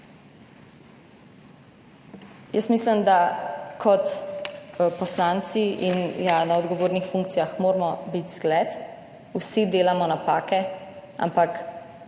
Jaz mislim, da kot poslanci in, ja, na odgovornih funkcijah moramo biti zgled. Vsi delamo napake, ampak